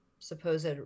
supposed